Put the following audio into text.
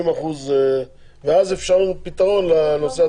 ואז אפשר פתרון לנושא התקציבי.